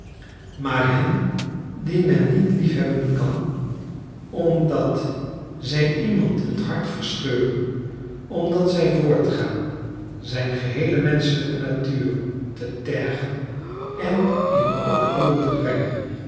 maar hen die men niet liefhebben kan omdat zij iemand het hart verscheuren omdat zij voortgaan zijn geheele menschelijke natuur te tergen en in oproer te brengen